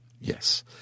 yes